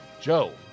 Joe